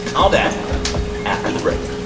all that after the break